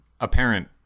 apparent